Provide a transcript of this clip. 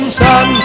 sun